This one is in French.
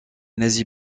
nazis